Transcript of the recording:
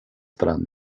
dran